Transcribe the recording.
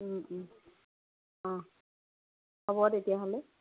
অ' হ'ব তেতিয়াহ'লে